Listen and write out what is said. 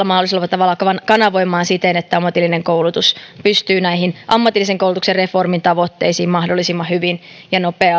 tavalla kanavoimaan siten että ammatillinen koulutus pystyy näihin ammatillisen koulutuksen reformin tavoitteisiin mahdollisimman hyvin ja nopealla